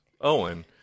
Owen